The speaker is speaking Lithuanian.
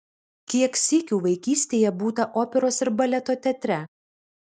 kiek sykių vaikystėje būta operos ir baleto teatre